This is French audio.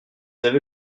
avez